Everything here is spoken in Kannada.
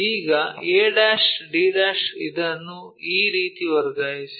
ಈಗ a'd' ಇದನ್ನು ಈ ರೀತಿ ವರ್ಗಾಯಿಸಿ